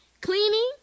cleaning